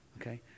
okay